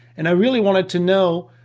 and i really wanted to know,